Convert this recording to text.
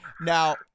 Now